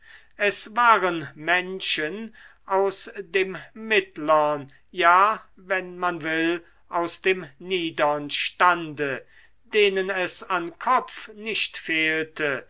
es waren menschen aus dem mittlern ja wenn man will aus dem niedern stande denen es an kopf nicht fehlte